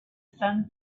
sun